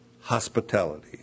hospitality